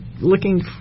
looking